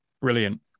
Brilliant